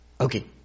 Okay